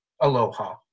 aloha